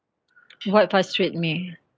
what frustrate me